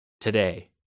today